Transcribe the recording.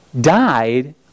died